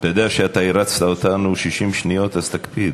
אתה יודע שאתה הרצת אותנו 60 שניות, אז תקפיד,